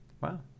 Wow